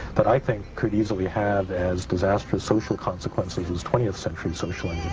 that i think could easily have as disastrous social consequences as twentieth century social yeah